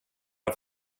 har